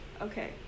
Okay